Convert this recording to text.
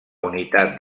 unitat